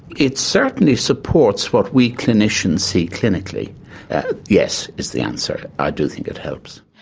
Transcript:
it certainly supports what we clinicians see clinically yes, is the answer, i do think it helps.